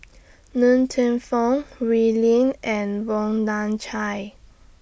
Ng Teng Fong Wee Lin and Wong Nai Chin